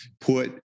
put